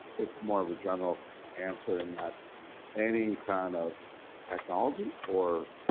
it's more of a general answer in that any kind of technology or